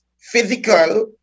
physical